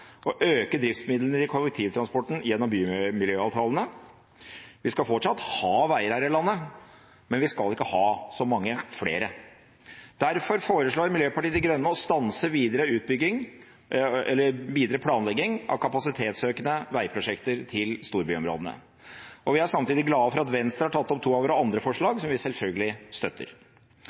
og øke driftsmidler i kollektivtransporten gjennom bymiljøavtalene. Vi skal fortsatt ha veier her i landet, men vi skal ikke ha så mange flere. Derfor foreslår Miljøpartiet De Grønne å stanse videre planlegging av kapasitetsøkende veiprosjekter til storbyområdene. Og vi er samtidig glade for at Venstre har tatt opp to av våre andre forslag, som vi selvfølgelig støtter.